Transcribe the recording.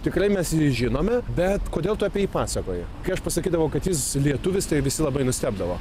tikrai mes jį žinome bet kodėl tu apie jį pasakoji kai aš pasakydavau kad jis lietuvis tai visi labai nustebdavo